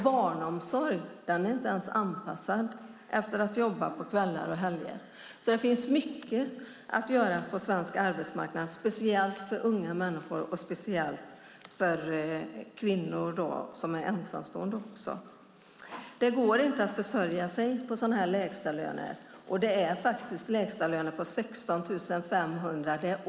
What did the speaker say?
Barnomsorgen är inte ens anpassad efter att människor arbetar kvällar och helger. Det finns alltså mycket att göra på svensk arbetsmarknad, speciellt för unga människor och speciellt för kvinnor som är ensamstående. Det går inte att försörja sig på lägstalöner. Årets lägstalön är 16 500.